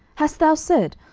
hast thou said,